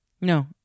No